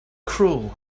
cruel